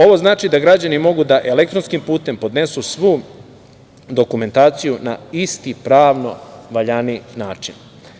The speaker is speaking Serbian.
Ovo znači da građani mogu da elektronskim putem podnesu svu dokumentaciju na isti pravno valjani način.